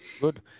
Good